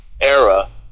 era